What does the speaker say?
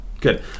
good